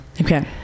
Okay